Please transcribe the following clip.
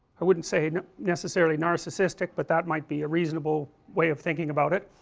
i wouldn't say necessarily narcissistic but that might be a reasonable way of thinking about it,